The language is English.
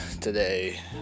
today